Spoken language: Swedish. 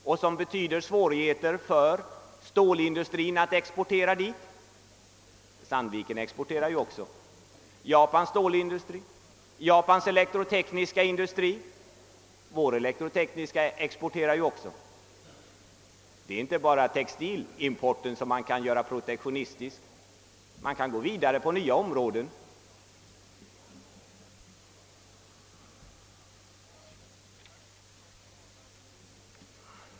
Den betyder svårigheter för japansk stålindustri att exportera till Amerika; Sandviken exporterar också dit. Det väntas svårigheter för Japans elektrotekniska industri; vår elektrotekniska industri exporterar också. Det är inte bara textilbranschen som kan göras protektionistisk, man kan göra det också med andra varuområden.